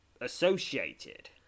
associated